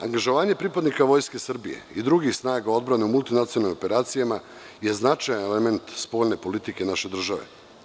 Angažovanje pripadnika Vojske Srbije i drugih snaga odbrane u multinacionalnim operacijama je značajan element spoljne politike naše države.